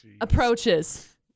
approaches